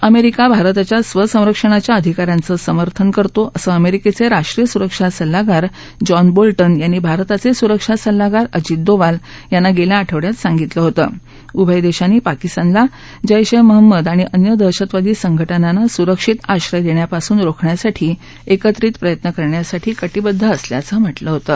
America भारताच्या स्वसंरक्षणाच्या अधिकारांचं समर्थन करतो असं अमेरिकेचे राष्ट्रीय सुरक्षा सल्लागार जॉन बोल्टन यांनी भारताचे सुरक्षा सल्लागा अजित डोवाल यांना गेल्या आठवड्यात सांगितलं होतं उभय देशांनी पाकिस्तानला जैश महम्मद आणि अन्य दहशतवादी संघटनांना सुरक्षित आश्रय देण्यापासून रोखण्यासाठी क्रित्रित प्रयत्न करण्यासाठी कटिबद्द असल्याचं म्हटलं होतं